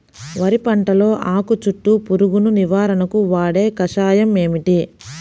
వరి పంటలో ఆకు చుట్టూ పురుగును నివారణకు వాడే కషాయం ఏమిటి?